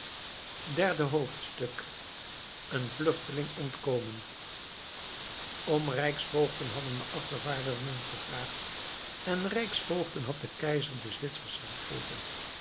derde hoofdstuk een vluchteling ontkomen om rijksvoogden hadden de afgevaardigden gevraagd en rijksvoogden had de keizer den zwitsers gegeven